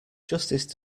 justice